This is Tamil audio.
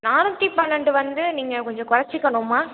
நானூற்றி பன்னெண்டு வந்து நீங்கள் கொஞ்சம் குறைச்சிக்கணும்மா